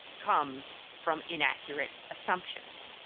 comes from inaccurate assumptions.